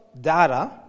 data